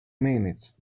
minutes